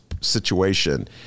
situation